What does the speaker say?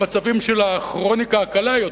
במצבים של הכרוניקה הקלה יותר,